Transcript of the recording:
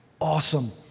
awesome